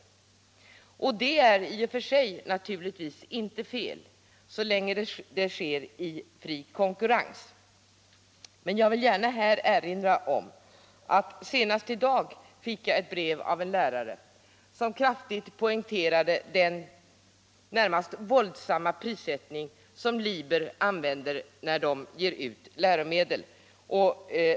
I och för sig är detta naturligtvis inte fel, så länge det sker i konkurrens. Men jag vill nämna att jag senast i dag fick eu brev från en lärare, som kraftigt poängterade den närmast våldsamma prissättning som Liber använder vid utgivningen av läromedel.